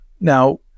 now